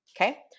Okay